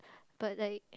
but like